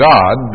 God